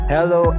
Hello